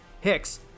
Hicks